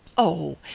oh,